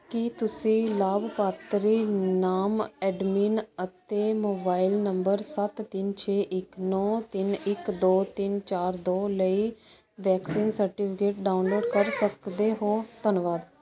ਕੀ ਤੁਸੀਂ ਲਾਭਪਾਤਰੀ ਨਾਮ ਅਡਮਿਨ ਅਤੇ ਮੋਬਾਈਲ ਨੰਬਰ ਸੱਤ ਤਿੰਨ ਛੇ ਇੱਕ ਨੋ ਤਿੰਨ ਇੱਕ ਦੋ ਤਿੰਨ ਚਾਰ ਦੋ ਲਈ ਵੈਕਸੀਨ ਸਰਟੀਫਿਕੇਟ ਡਾਊਨਲੋਡ ਕਰ ਸਕਦੇ ਹੋ ਧੰਨਵਾਦ